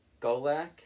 Golak